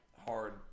hard